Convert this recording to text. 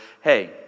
hey